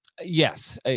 Yes